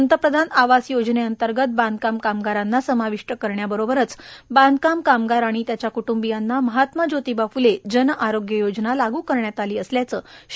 पंतप्रधान आवास योजनेंतर्गत बांचकाम कामगारांना समाविष्ट करण्याबरोबरच बांचकाम कामगार आणि त्यांच्या कटंबियांना महात्मा ज्योतिबा फूले जन आरोग्य योजना लागू करण्यात आली असल्याचं श्री